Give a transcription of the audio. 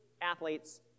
athletes